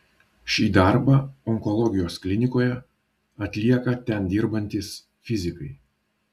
šį darbą onkologijos klinikoje atlieka ten dirbantys fizikai